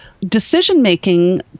decision-making